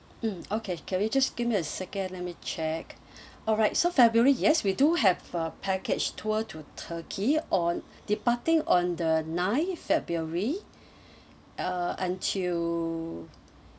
mm okay can we just give me a second let me check alright so february yes we do have a package tour to turkey on departing on the nine february uh until